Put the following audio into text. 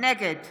נגד